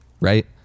right